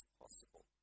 possible